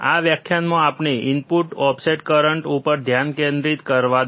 આ વ્યાખ્યાનમાં આપણને ઇનપુટ ઓફસેટ કરંટ ઉપર ધ્યાન કેન્દ્રિત કરવા દો